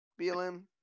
BLM